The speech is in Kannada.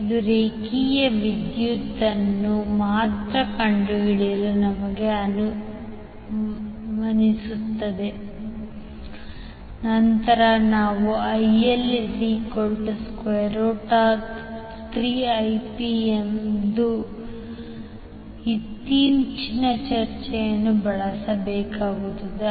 ಇದು ರೇಖೆಯ ವಿದ್ಯುತ್ನ್ನು ಮಾತ್ರ ಕಂಡುಹಿಡಿಯಲು ನಮಗೆ ಅನುಮತಿಸುತ್ತದೆ ನಂತರ ನಾವು IL3Ip ಎಂಬ ನಮ್ಮ ಇತ್ತೀಚಿನ ಚರ್ಚೆಯನ್ನು ಬಳಸಬೇಕಾಗುತ್ತದೆ